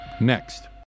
next